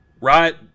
right